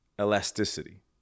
elasticity